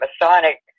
Masonic